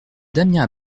damien